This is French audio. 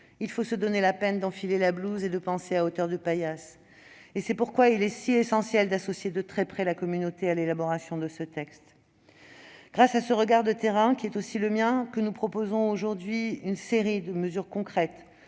il faut se donner la peine d'enfiler la blouse et de penser à hauteur de paillasse ; c'est pourquoi il était si essentiel d'associer de très près la communauté à l'élaboration de ce texte. C'est grâce à ce regard de terrain, qui est aussi le mien, que nous proposons aujourd'hui une série de mesures concrètes